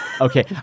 Okay